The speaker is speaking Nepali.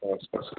हुन्छ हुन्छ